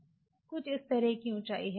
कुछ इस तरह की ऊंचाई है